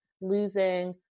losing